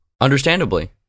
Understandably